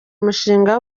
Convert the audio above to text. umushinga